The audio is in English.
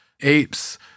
apes